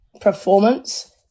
performance